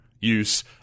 use